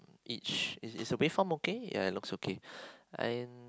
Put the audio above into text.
each is is your wave form okay ya it looks okay I